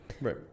right